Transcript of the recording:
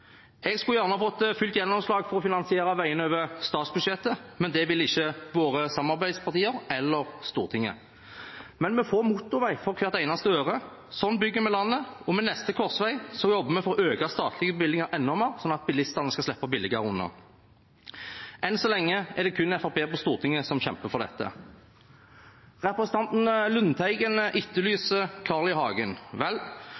Jeg skulle gjerne fått fullt gjennomslag for å finansiere veiene over statsbudsjettet, men det vil ikke våre samarbeidspartier eller Stortinget. Men vi får motorvei for hver eneste øre. Slik bygger vi landet, og ved neste korsvei jobber vi for å øke statlige bevilgninger enda mer, sånn at bilistene skal slippe billigere unna. Enn så lenge er det kun Fremskrittspartiet på Stortinget som kjemper for dette. Representanten Lundteigen etterlyser Carl I. Hagen. Vel,